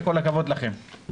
וכל הכבוד לכם.